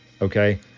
Okay